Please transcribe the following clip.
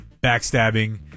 backstabbing